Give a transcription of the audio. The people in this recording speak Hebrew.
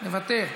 מוותר,